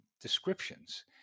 descriptions